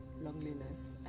loneliness